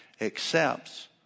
Accepts